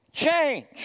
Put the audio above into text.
change